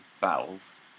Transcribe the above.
Valve